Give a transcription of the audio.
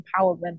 empowerment